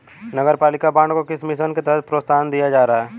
नगरपालिका बॉन्ड को किस मिशन के तहत प्रोत्साहन दिया जा रहा है?